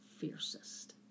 fiercest